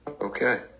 okay